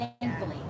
thankfully